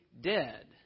dead